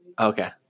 Okay